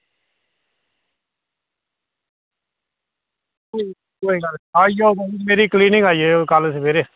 कोई गल्ल नेईं आई जाओ मेरी क्लीनिक आई जाएओ कल सवेरे